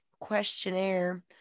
questionnaire